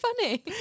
funny